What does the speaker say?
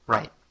Right